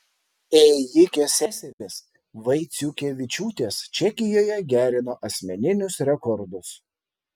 ėjikės seserys vaiciukevičiūtės čekijoje gerino asmeninius rekordus